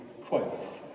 quotes